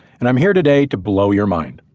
and i'm here today to blow your mind.